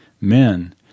men